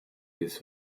dieses